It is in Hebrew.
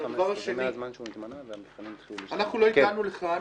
הדבר השני, אנחנו לא הגענו לכאן